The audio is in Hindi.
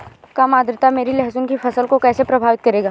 कम आर्द्रता मेरी लहसुन की फसल को कैसे प्रभावित करेगा?